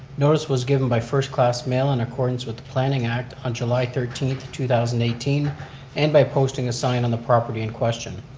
notice was given by first-class mail in accordance with the planning act on july thirteenth, two thousand and eighteen and by posting a sign on the property in question.